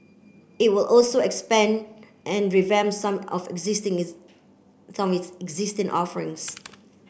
it will also expand and revamp some of its existing some its existing offerings